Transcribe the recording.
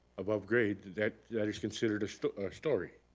above grade, that that is considered a story.